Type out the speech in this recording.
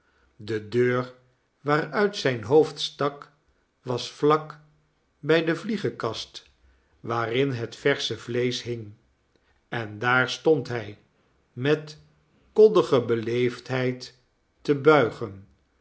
de deur waaruit zijn hoofd stak was vlak bij de vliegenkast waarin het versche vleesch hing en daar stond hij met koddige beleefdheid te buigen